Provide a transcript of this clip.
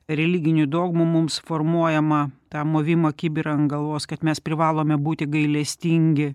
religinių dogmų mums formuojamą tą movimo kibirą ant galvos kad mes privalome būti gailestingi